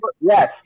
Yes